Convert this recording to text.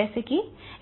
जैसा कि